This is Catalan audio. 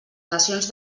nacions